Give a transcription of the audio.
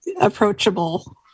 approachable